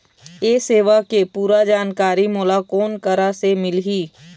ये सेवा के पूरा जानकारी मोला कोन करा से मिलही?